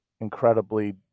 incredibly